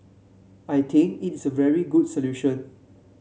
I think it's a very good solution